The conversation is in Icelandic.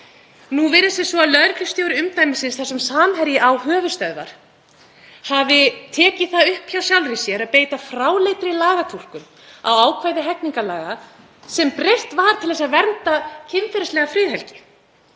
Nú virðist sem svo að lögreglustjóri umdæmisins þar sem Samherji á höfuðstöðvar hafi tekið það upp hjá sjálfri sér að beita fráleitri lagatúlkun á ákvæði hegningarlaga, sem breytt var til að vernda kynferðislega friðhelgi,